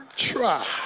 try